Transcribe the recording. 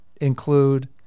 include